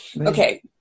Okay